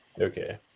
Okay